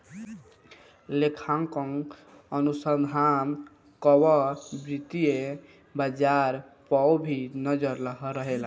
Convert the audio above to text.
लेखांकन अनुसंधान कअ वित्तीय बाजार पअ भी नजर रहेला